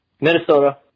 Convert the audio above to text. Minnesota